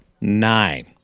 nine